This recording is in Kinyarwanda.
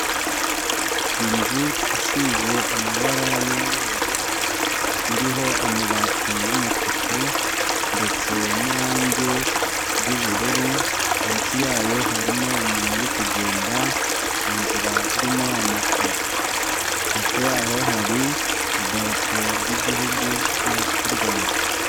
Inzu isize amabara y'umweru, iriho amabati y'umutuku ndetse n'irangi ry'ubururu, munsi yayo harimo umuntu uri kugenda mu nzira irimo amapave. Hepfo yaho hari idarapo ry'Igihugu cy'u Rwanda.